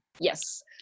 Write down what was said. Yes